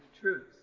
truth